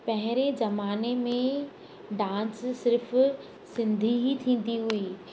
पहिरें ज़माने में डांस सिर्फ़ु सिंधी ई थींदी हुई